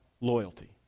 loyalty